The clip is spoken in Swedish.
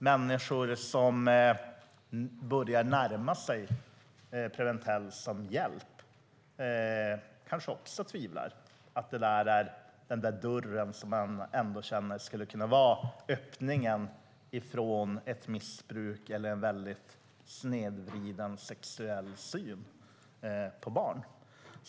Människor som börjar närma sig Preventell som hjälp kanske också tvivlar på den där dörren de ändå känner skulle kunna vara öppningen från ett missbruk eller en snedvriden sexuell syn på barn.